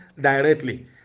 directly